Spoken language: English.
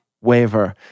waver